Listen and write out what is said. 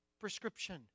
prescription